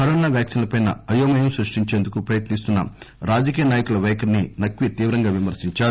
corona వ్యాక్సీన్లపై అయోమయం సృష్టించేందుకు ప్రయత్ని స్తున్న రాజకీయ నాయకులపైఖరిని నక్వీ తీవ్రంగా విమర్శించారు